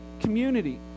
community